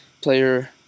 player